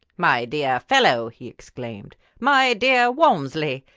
my dear fellow! he exclaimed. my dear walmsley!